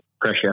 pressure